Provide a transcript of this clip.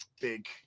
big